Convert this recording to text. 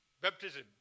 Baptism